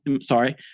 Sorry